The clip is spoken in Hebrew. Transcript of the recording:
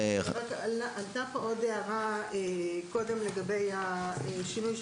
עלתה פה עוד הערה קודם לגבי השינוי,